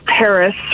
Paris